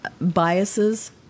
biases